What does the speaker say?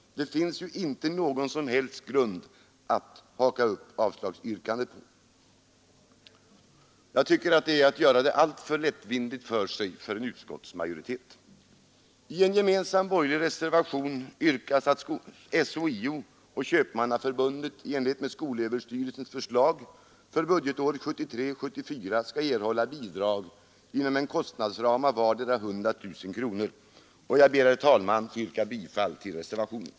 Det finns ju ingen som helst grund att haka upp avstyrkandet på. Jag tycker att utskottsmajoriteten gör det alldeles för lätt för sig. I en gemensam borgerlig reservation yrkas att SHIO och Köpmannaförbundet i enlighet med skolöverstyrelsens förslag för budgetåret 1973/74 skall erhålla bidrag inom en kostnadsram av vardera 100 000 kronor. Jag ber, herr talman, att få yrka bifall till reservationen.